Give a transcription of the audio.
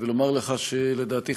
ולומר שלדעתי,